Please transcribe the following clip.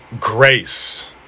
grace